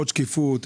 עוד שקיפות,